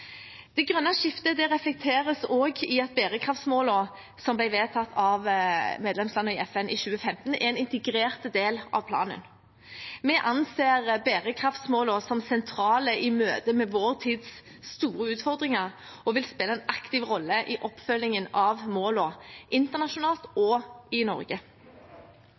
Det grønne skiftet reflekteres også i at bærekraftsmålene som ble vedtatt av medlemslandene i FN i 2015, er en integrert del av planen. Vi anser bærekraftsmålene som sentrale i møtet med vår tids store utfordringer og vil spille en aktiv rolle i oppfølgingen av målene, internasjonalt og i Norge.